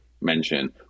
mention